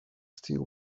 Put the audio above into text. still